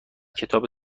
کتاب